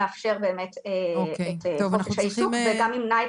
יאפשר באמת את חופש העיסוק וגם ימנע את